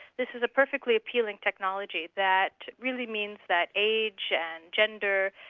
this is a perfectly appealing technology that really means that age and gender,